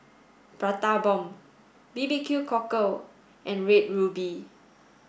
Prata Bomb B B Q Cockle and red ruby